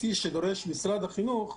אני אוסיף שגם כשאנחנו מסתכלים ברזולוציה